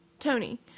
Tony